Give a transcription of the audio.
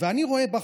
ואני רואה בך,